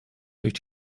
durch